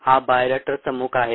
हा बायोरिएक्टर्सचा मूक आहे